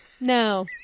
no